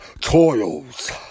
toils